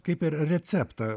kaip ir receptą